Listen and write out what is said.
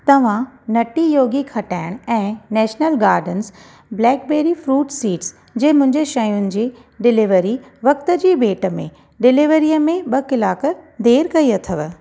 तव्हां नटी योगी खटाइण ऐं national gardens blackberry fruit seeds जे मुंहिंजी शयुनि जी डिलीवरी वक़्ति जी भेंट में डिलीवरीअ में ॿ कलाक देरि कई अथव